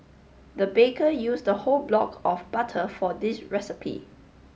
the baker used a whole block of butter for this recipe